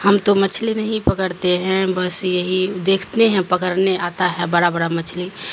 ہم تو مچھلی نہیں پکڑتے ہیں بس یہی دیکھتے ہیں پکڑنے آتا ہے بڑا برا مچھلی